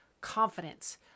confidence